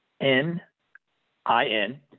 N-I-N